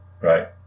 Right